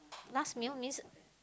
last meal means